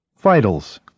Vitals